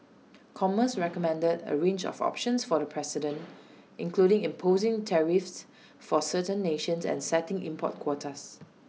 commerce recommended A range of options for the president including imposing tariffs for certain nations and setting import quotas